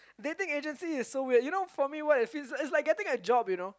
dating agency is so weird you know for me what it feels like or not is is is is like getting a job you know